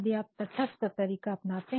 यदि आप तठस्थ तरीका अपनाते